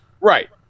Right